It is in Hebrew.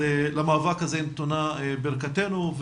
למאבק הזה נתונה ברכתנו.